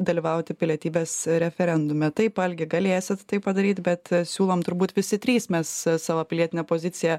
dalyvauti pilietybės referendume taip algi galėsit tai padaryt bet siūlom turbūt visi trys mes savo pilietinę poziciją